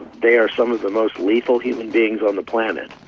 they are some of the most lethal human beings on the planet,